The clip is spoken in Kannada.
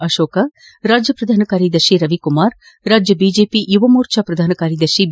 ಅಶೋಕ ರಾಜ್ಯ ಪ್ರಧಾನ ಕಾರ್ಯದರ್ಶಿ ರವಿಕುಮಾರ್ ರಾಜ್ಯ ಬಿಜೆಪಿ ಯುವಮೋರ್ಚಾ ಪ್ರಧಾನ ಕಾರ್ಯದರ್ಶಿ ಬಿ